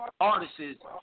artists